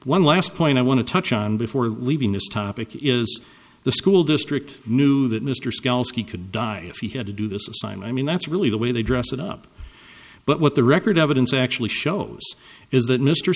one last point i want to touch on before leaving this topic is the school district knew that mr scalzi could die if he had to do this a sign i mean that's really the way they dress it up but what the record evidence actually shows is that mr